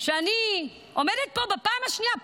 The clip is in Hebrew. שאני עומדת פה בפעם השנייה,